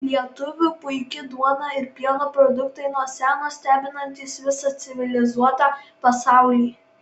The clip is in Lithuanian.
lietuvių puiki duona ir pieno produktai nuo seno stebinantys visą civilizuotą pasaulį